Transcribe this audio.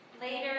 later